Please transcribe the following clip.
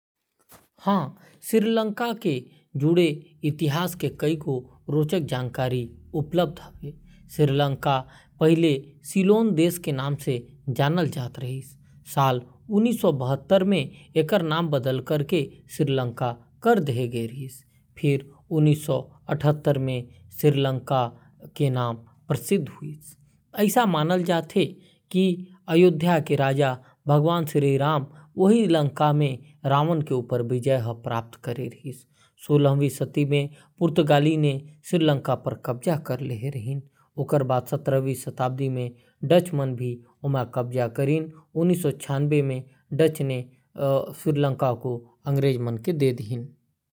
श्रीलंका के इतिहास बहुत पुराना हावय। एमा प्राचीन काल ले ही शाही सिंहल वंश के शासन रेहे हे। श्रीलंका ले जुड़े कतकोन तथ्य । श्रीलंका ल पहिली सीलोन के नाव ले जाने जाथे। बछर उन्नीस सौ बहत्तर म एखर नाव बदल के लंका कर दे गीस अउ उन्नीस सौ अठहत्तर म एमा 'श्री' जोड़के एला बदल के श्रीलंका कर दे गीस। लौह युग के शुरूआत के पुरातात्विक साक्ष्य श्रीलंका म मिले हावयं। ईसा पूर्व तीसरी शताब्दी म श्रीलंका म बौद्ध धर्म के आगमन होइस। यूरोपीय शक्ति मन ह सोलहवां सदी म श्रीलंका म अपन व्यापार स्थापित करे रिहीन।